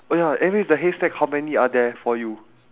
oh ya anyways the haystack how many are there for you